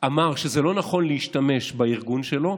אמר שזה לא נכון להשתמש בארגון שלו,